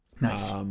Nice